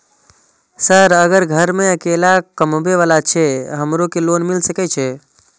Sir अगर घर में अकेला कमबे वाला छे हमरो के लोन मिल सके छे?